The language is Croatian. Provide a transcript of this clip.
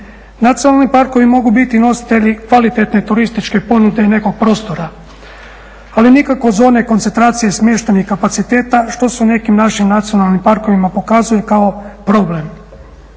Nacionalni parkovi mogu biti nositelji kvalitetne turističke ponude i nekog prostora, ali nikako zone koncentracije i smještajnih kapaciteta što se u nekim našim nacionalnim parkovima pokazuje kao problem.